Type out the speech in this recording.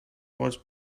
was